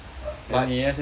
but